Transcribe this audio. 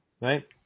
right